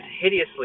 hideously